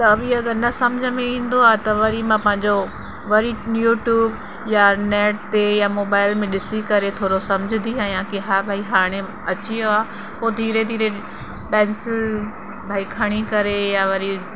त बि अगरि न सम्झि में ईंदो आहे त वरी मां पंहिंजो वरी यूट्यूब या नैट ते या मोबाइल में ॾिसी करे थोरो सम्झंदी आहियां कि हा भई हाणे अची वियो आहे पोइ धीरे धीरे पैंसिल भई खणी करे या वरी